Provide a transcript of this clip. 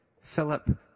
Philip